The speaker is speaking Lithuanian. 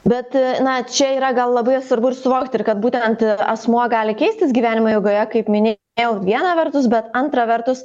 bet na čia yra gal labai svarbu ir suvokti ir kad būtent asmuo gali keistis gyvenimo eigoje kaip minėjau viena vertus bet antra vertus